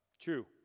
True